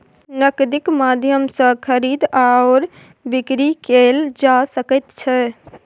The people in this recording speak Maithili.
नगदीक माध्यम सँ खरीद आओर बिकरी कैल जा सकैत छै